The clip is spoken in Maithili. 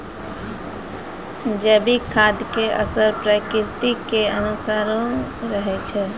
जैविक खाद के असर प्रकृति के अनुसारे रहै छै